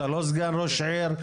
אתה לא סגן ראש עיר.